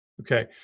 Okay